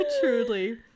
Truly